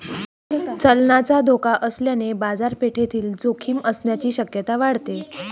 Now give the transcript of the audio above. चलनाचा धोका असल्याने बाजारपेठेतील जोखीम असण्याची शक्यता वाढते